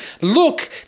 Look